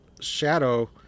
shadow